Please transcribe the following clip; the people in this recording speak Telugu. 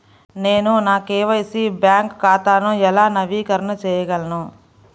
నేను నా కే.వై.సి బ్యాంక్ ఖాతాను ఎలా నవీకరణ చేయగలను?